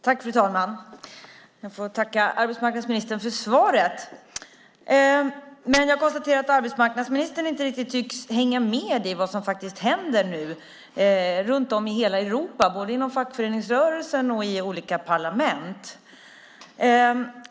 Fru talman! Jag får tacka arbetsmarknadsministern för svaret. Jag konstaterar emellertid att arbetsmarknadsministern inte riktigt tycks hänga med i vad som händer runt om i Europa, både inom fackföreningsrörelsen och i olika parlament.